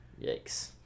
Yikes